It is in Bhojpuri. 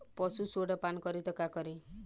पशु सोडा पान करी त का करी?